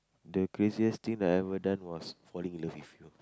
the craziest thing I've ever done was falling in love with you